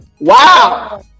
Wow